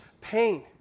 pain